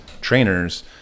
trainers